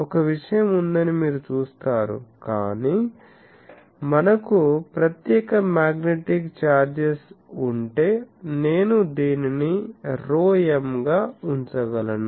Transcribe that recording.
ఒక విషయం ఉందని మీరు చూస్తారు కాని మనకు ప్రత్యేక మ్యాగ్నెటిక్ చార్జెస్ ఉంటే నేను దీనిని ρm గా ఉంచగలను